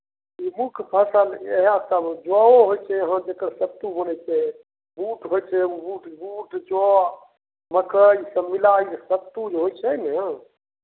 ई मुख फसल इएहै सब जौओ होइ छै इहाॅं जेकर सत्तू बनै छै बूट होइ छै बूट जौ मकइ सब मिलाईके सत्तू जे होइ छै ने